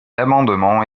amendement